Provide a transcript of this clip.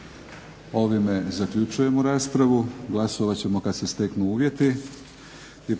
Ovime zaključujemo raspravu. Glasovat ćemo kad se steknu uvjeti. **Leko,